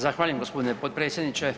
Zahvaljujem gospodine potpredsjedniče.